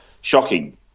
shocking